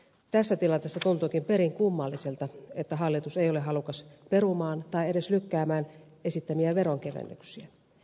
tässä tilanteessa tuntuukin perin kummalliselta että hallitus ei ole halukas perumaan tai edes lykkäämään esittämiään veronkevennyksiä